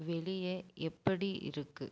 வெளியே எப்படி இருக்குது